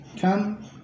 come